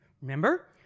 Remember